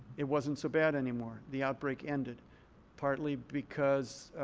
it wasn't so bad anymore. the outbreak ended partly because